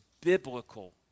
biblical